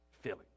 feeling